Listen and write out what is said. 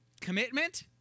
commitment